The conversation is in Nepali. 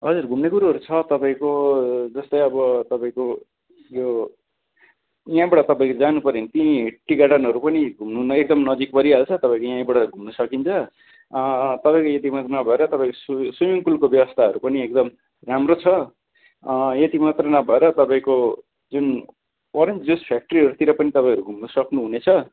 हजुर घुम्ने कुरोहरू छ तपाईँको जस्तै अब तपाईँको यो यहाँबाट तपाईँ जानुपर्यो भने त्यहीँ टी गार्डनहरू पनि घुम्नुलाई एकदम नजिक परिहाल्छ तपाईँको यहीँबाट घुम्नु सकिन्छ तपाईँको यति मात्र नभएर तपाईँको स्विमिङ पुलको व्यवस्थाहरू पनि एकदम राम्रो छ यति मात्र नभएर तपाईँको जुन ओरेन्ज जुस फ्याकट्रीहरूतिर पनि तपाईँहरू घुम्नु सक्नु हुनेछ